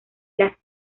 las